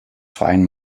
freien